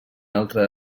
altre